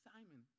Simon